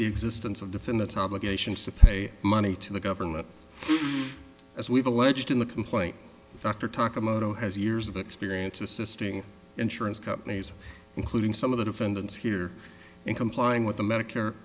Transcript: the existence of defendants obligation to pay money to the government as we've alleged in the complaint dr talk about o has years of experience assisting insurance companies including some of the defendants here in complying with the medicare